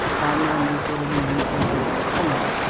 by no means would anyone say that it's common.